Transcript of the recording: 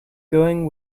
going